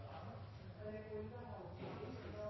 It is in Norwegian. Da er det